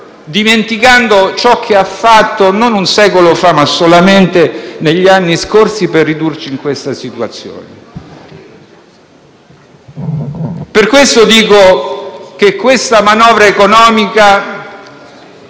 dimenticando ciò che ha fatto, non un secolo fa, ma solamente negli anni scorsi per ridurci in tale situazione. Per questo dico che la manovra economica